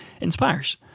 inspires